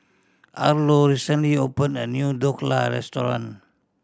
Arlo recently opened a new Dhokla Restaurant